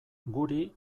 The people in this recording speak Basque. guri